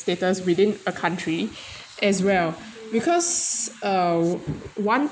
status within a country as well because uh one